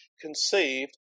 conceived